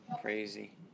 Crazy